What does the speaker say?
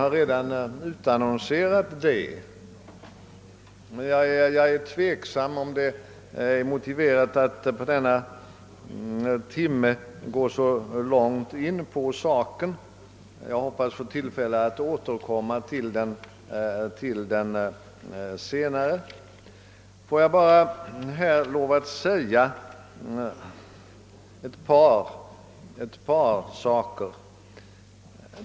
Jag är emellertid tveksam huruvida det är lämpligt att vid denna tid på dagen göra det — jag hoppas få tillfälle att återkomma till den senare. Får jag nu framhålla bara ett par synpunkter.